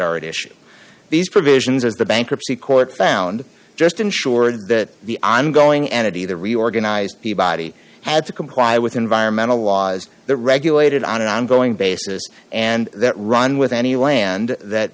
at issue these provisions as the bankruptcy court found just ensured that the ongoing entity the reorganized peabody had to comply with environmental laws they're regulated on an ongoing basis and that run with any land that